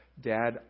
Dad